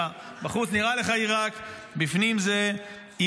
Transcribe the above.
בחוץ נראה לך עיראק, בפנים זה איראן.